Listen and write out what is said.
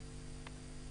נכנס.